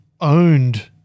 owned